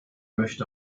möchte